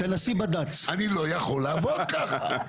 אני לא יכול לעבוד כך.